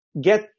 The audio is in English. get